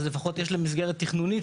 אז לפחות יש להם מסגרת תכנונית,